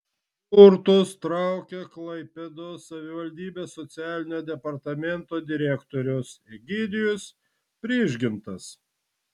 burtus traukė klaipėdos savivaldybės socialinio departamento direktorius egidijus prižgintas